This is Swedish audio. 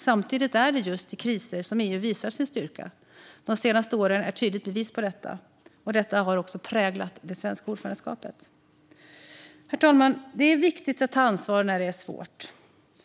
Samtidigt är det just i kriser som EU visar sin styrka. De senaste åren är ett tydligt bevis på detta. Detta har också präglat det svenska ordförandeskapet. Herr talman! Det är viktigt att ta ansvar när det är svårt.